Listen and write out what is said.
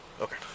Okay